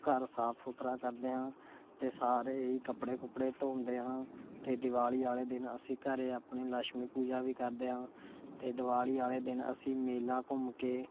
ਘਰ ਸਾਫ਼ ਸੁਥਰਾ ਕਰਦੇ ਹਾਂ ਅਤੇ ਸਾਰੇ ਹੀ ਕੱਪੜੇ ਕੁਪੜੇ ਧੋਦੇ ਹਾਂ ਅਤੇ ਦਿਵਾਲੀ ਵਾਲ਼ੇ ਦਿਨ ਅਸੀਂ ਘਰੇ ਆਪਣੇ ਲੱਛਮੀ ਪੂਜਾ ਵੀ ਕਰਦੇ ਹਾਂ ਅਤੇ ਦਿਵਾਲੀ ਵਾਲ਼ੇ ਦਿਨ ਅਸੀਂ ਮੇਲਾ ਘੁੰਮ ਕੇ